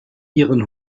ihren